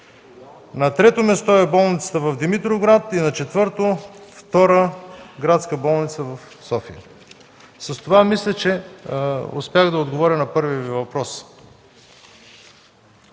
На трето място е болницата в Димитровград и на четвърто – Втора градска болница в София. С това мисля, че успях да отговоря на първия Ви въпрос.